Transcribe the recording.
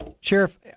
Sheriff